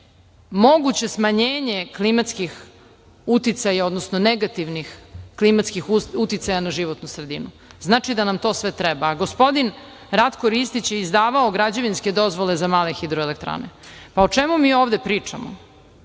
moguće smanjenje klimatskih uticaja, odnosno negativnih klimatskih uticaja na životnu sredinu. Znači da nam sve to treba. Gospodin Ratko Ristić je izdavao građevinske dozvole za male hidroelektrane. O čemu mi ovde pričamo?